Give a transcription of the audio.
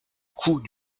coût